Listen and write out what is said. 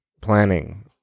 planning